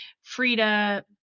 frida